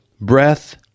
breath